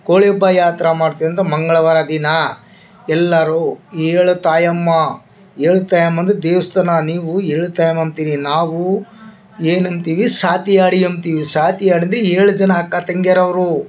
ಕೋಳಿ ಹಬ್ಬ ಯಾವ ಥರ ಮಾಡ್ತೀವಿ ಅಂದರೆ ಮಂಗಳವಾರ ದಿನ ಎಲ್ಲರು ಏಳು ತಾಯಮ್ಮ ಏಳು ತಾಯಮ್ಮಂಗೆ ದೇವ್ಸ್ಥಾನ ನೀವು ಏಳು ತಾಯಮ್ಮ ಅಂತೀರಿ ನಾವು ಏನಂತೀವಿ ಸಾತಿಹಾಡಿ ಅಂತೀವಿ ಸಾತಿಹಾಡ್ದಿ ಏಳು ಜನ ಅಕ್ಕ ತಂಗಿಯವ್ರು ಅವರು